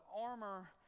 armor